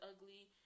ugly